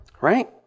Right